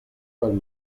man